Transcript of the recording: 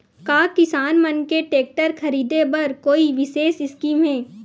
का किसान मन के टेक्टर ख़रीदे बर कोई विशेष स्कीम हे?